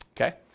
Okay